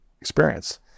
experience